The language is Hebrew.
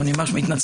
אני מאוד מתנצל.